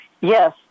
Yes